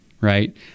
Right